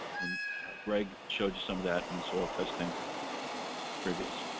and gregg showed you some of that, and the soil testing previous.